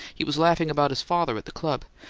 he was laughing about his father, at the club.